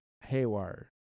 haywire